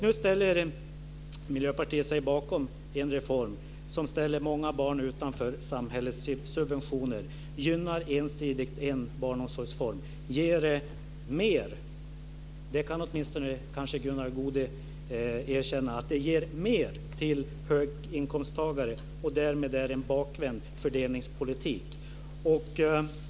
Nu ställer sig Miljöpartiet bakom en reform som ställer många barn utanför samhällets subventioner, ensidigt gynnar en barnomsorgsform och ger mer, det kan Gunnar Goude åtminstone erkänna, till höginkomsttagare. Därmed är det en bakvänd fördelningspolitik.